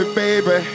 baby